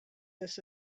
this